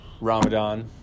Ramadan